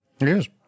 Yes